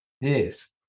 yes